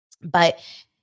But-